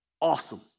Awesome